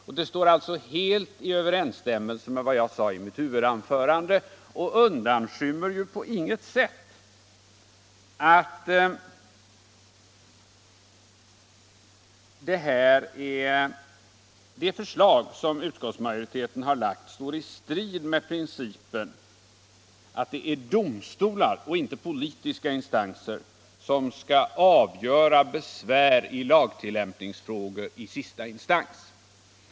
Alltså står det helt i överensstämmelse med vad jag sade i mitt huvudanförande och undanskymmer på inget sätt att det förslag som utskottsmajoriteten framlagt strider mot principen att det är domstolar och inte politiska instanser som skall avgöra besvär i lagtillämpningsfrågor i sista instans.